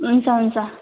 हुन्छ हुन्छ